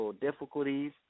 difficulties